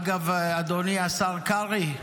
אגב, אדוני השר קרעי,